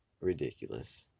ridiculous